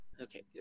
Okay